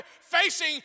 facing